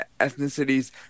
ethnicities